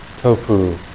Tofu